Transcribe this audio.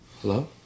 Hello